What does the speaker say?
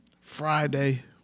Friday